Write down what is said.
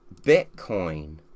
Bitcoin